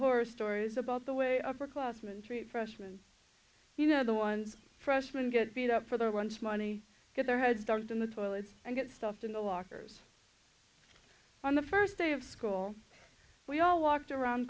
horror stories about the way upperclassman treat freshman you know the ones freshman get beat up for their lunch money get their head started in the toilets and get stuffed in the lockers on the first day of school we all walked around